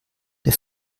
der